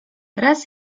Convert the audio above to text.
raz